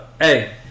hey